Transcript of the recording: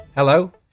Hello